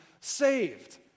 saved